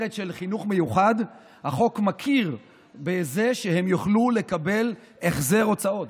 שמכיר בזה שהורים במסגרת של חינוך מיוחד יוכלו לקבל החזר הוצאות,